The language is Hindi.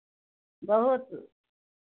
बहुत